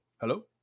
Hello